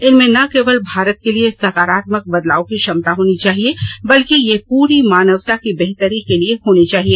इनमें न केवल भारत के लिए सकारात्मक बदलाव की क्षमता होनी चाहिए बल्कि ये पूरी मानवता की बेहतरी के लिए होने चाहिए